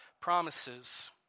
promises